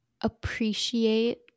appreciate